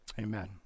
Amen